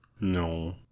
No